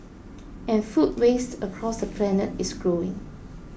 and food waste across the planet is growing